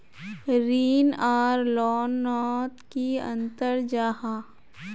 ऋण आर loan note की अंतर जाहा?